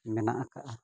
ᱢᱮᱱᱟᱜ ᱟᱠᱟᱫᱟ